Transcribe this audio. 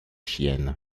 chiennes